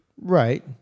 Right